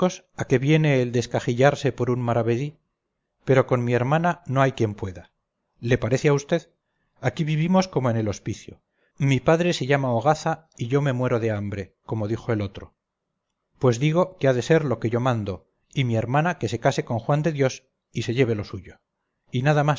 a qué viene el descajillarse por un maravedí pero con mi hermana no hay quien pueda le parece a vd aquí vivimos como en el hospicio mi padre se llama hogaza y yo me muero de hambre como dijo el otro pues digo que ha de ser lo que yo mando y mi hermana que se case con juan de dios y se lleve lo suyo y nada más